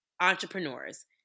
entrepreneurs